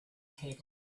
table